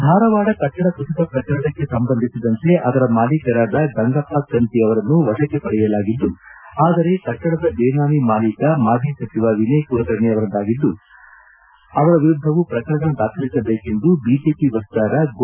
ಧಾರವಾಡ ಕಟ್ಟಡ ಕುಸಿತ ಪ್ರಕರಣಕ್ಕೆ ಸಂಬಂಧಿಸಿದಂತೆ ಅದರ ಮಾಲೀಕರಾದ ಗಂಗಪ್ಪ ಕಂತಿ ಅವರನ್ನು ವಶಕ್ಕೆ ಪಡೆಯಲಾಗಿದ್ದು ಆದರೆ ಕಟ್ಟಡದ ಬೇನಾಮಿ ಮಾಲೀಕ ಮಾಜಿ ಸಚಿವ ವಿನಯ್ ಕುಲಕರ್ಣಿ ಅವರಾಗಿದ್ದು ಅವರ ವಿರುಧವೂ ಪ್ರಕರಣ ದಾಖಲಿಸಬೇಕೆಂದು ಬಿಜೆಪಿ ವಕ್ತಾರ ಗೋ